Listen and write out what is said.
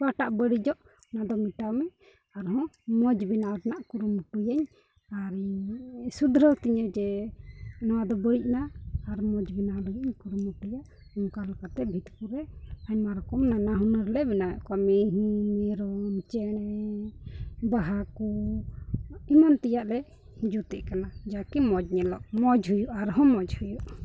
ᱚᱠᱟᱴᱟᱜ ᱵᱟᱹᱲᱤᱡᱚᱜ ᱚᱱᱟ ᱫᱚ ᱢᱮᱴᱟᱣ ᱢᱮ ᱟᱨᱦᱚᱸ ᱢᱚᱡᱽ ᱵᱮᱱᱟᱣ ᱨᱮᱭᱟᱜ ᱠᱩᱨᱩᱢᱩᱴᱩᱭᱟᱹᱧ ᱟᱨᱤᱧ ᱥᱩᱫᱷᱨᱟᱹᱣ ᱛᱤᱧᱟ ᱡᱮ ᱱᱚᱣᱟ ᱫᱚ ᱵᱟᱹᱲᱤᱡ ᱱᱟ ᱟᱨ ᱢᱚᱡᱽ ᱵᱮᱱᱟᱣ ᱞᱟᱹᱜᱤᱫ ᱤᱧ ᱠᱩᱨᱩᱢᱩᱴᱩᱭᱟ ᱚᱱᱠᱟ ᱞᱮᱠᱟᱛᱮ ᱟᱹᱰᱤ ᱫᱷᱚᱢ ᱨᱮ ᱟᱭᱢᱟ ᱨᱚᱠᱚᱢ ᱱᱟᱱᱟ ᱦᱩᱱᱟᱹᱨ ᱞᱮ ᱵᱮᱱᱟᱣᱮᱫ ᱠᱚᱣᱟ ᱢᱤᱦᱩ ᱢᱮᱨᱚᱢ ᱪᱮᱬᱮ ᱵᱟᱦᱟ ᱠᱚ ᱮᱢᱟᱱ ᱛᱮᱭᱟᱜ ᱞᱮ ᱡᱩᱛᱮᱜ ᱠᱟᱱᱟ ᱡᱟᱠᱤ ᱢᱚᱡᱽ ᱧᱮᱞᱚᱜ ᱢᱚᱡᱽ ᱦᱩᱭᱩᱜ ᱟᱨᱦᱚᱸ ᱢᱚᱡᱽ ᱦᱩᱭᱩᱜ